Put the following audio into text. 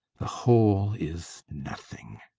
the whole is nothing!